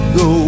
go